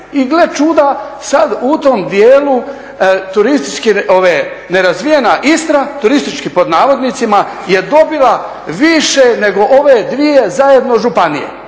i gle čuda, sad u tom dijelu turistički nerazvijena Istra, turistički pod navodnicima, je dobila više nego ove dvije zajedno županije.